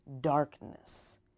darkness